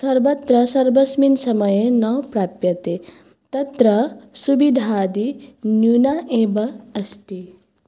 सर्वत्र सर्वस्मिन् समये न प्राप्यते तत्र सुवधादि न्यूनम् एव अस्ति